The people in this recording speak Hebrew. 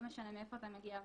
לא משנה מאיפה אתה מגיע,